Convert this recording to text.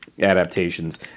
adaptations